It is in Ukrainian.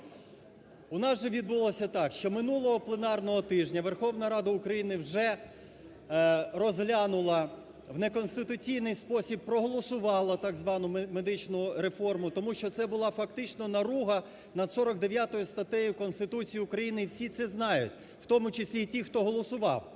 У нас же відбулося так, що минулого пленарного тижня Верховна Рада України вже розглянула, в неконституційний спосіб проголосувала так звану медичну реформу, тому що це була фактично наруга над 49 статтею Конституції України, і всі це знають, в тому числі і ті, хто голосував.